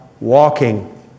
walking